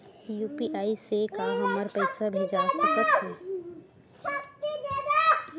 UPI से का हमर पईसा भेजा सकत हे?